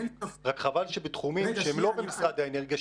רק חבל שבתחומים שהם לא במשרד האנרגיה,